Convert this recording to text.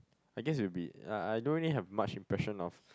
I guess it would be I I don't really have much impression of